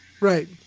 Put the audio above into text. right